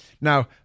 Now